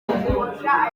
nka